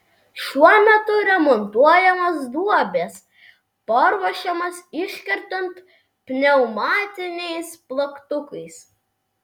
šiuo metu remontuojamos duobės paruošiamos iškertant pneumatiniais plaktukais